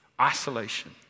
isolation